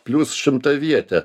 plius šimtavietė